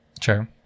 Sure